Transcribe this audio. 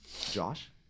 Josh